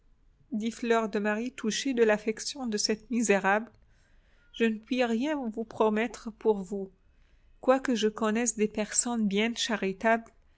dit fleur de marie touchée de l'affection de cette misérable je ne puis rien vous promettre pour vous quoique je connaisse des personnes bien charitables